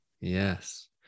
Yes